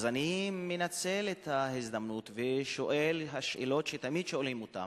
אני מנצל את ההזדמנות ושואל את השאלות שתמיד שואלים אותן: